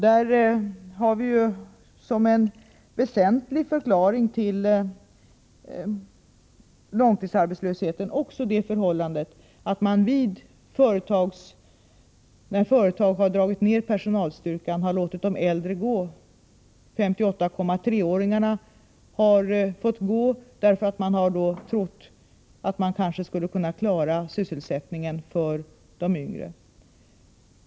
Där har vi som en väsentlig förklaring till långtidsarbetslösheten också det förhållandet att man, när företagen har dragit ner personalstyrkan, har låtit de äldre gå först. 58,3-åringarna har fått gå därför att man har trott att man kanske skulle kunna klara sysselsättningen för de yngre.